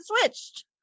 switched